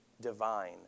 divine